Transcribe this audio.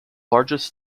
largest